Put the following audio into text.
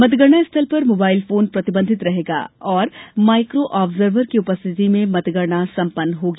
मतगणना स्थल पर मोबाइल फोन प्रतिबंधित रहेगा तथा माइक्रो आब्जर्वर की उपस्थिति में मतगणना संपन्न होगी